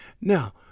Now